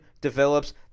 develops